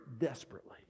desperately